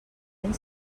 any